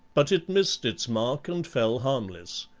but it missed its mark and fell harmless.